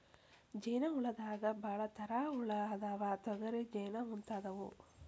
ಜೇನ ಹುಳದಾಗ ಭಾಳ ತರಾ ಹುಳಾ ಅದಾವ, ತೊಗರಿ ಜೇನ ಮುಂತಾದವು